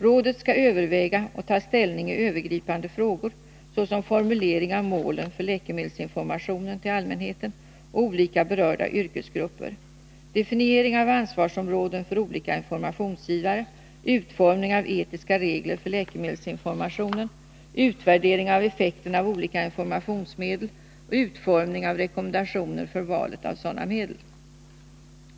Rådet skall överväga och ta ställning i övergripande frågor, såsom formulering av målen för läkemedelsinformationen till allmänheten och olika berörda yrkesgrupper, definiering av ansvarsområden för olika informationsgivare, utformning av etiska regler för läkemedelsinformationen, utvärdering av effekten av olika informationsmedel och utformning av rekommendationer för valet av sådana medel.